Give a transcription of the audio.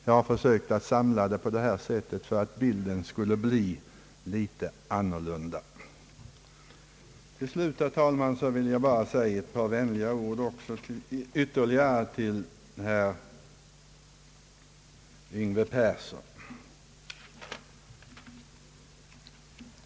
Jag har försökt samla det på det här sättet för att ge en något annorlunda bild av det hela. Till sist vill jag bara, herr talman, säga ytterligare några vänliga ord till herr Yngve Persson.